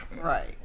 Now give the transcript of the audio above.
Right